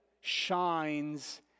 shines